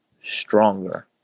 stronger